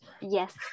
yes